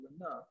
enough